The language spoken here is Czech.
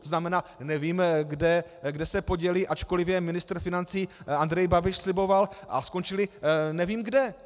To znamená, nevíme, kde se poděly, ačkoliv je ministr financí Andrej Babiš sliboval, a skončily nevím kde.